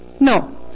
No